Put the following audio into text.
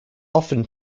often